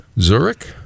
Zurich